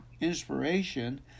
inspiration